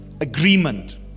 agreement